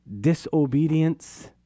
disobedience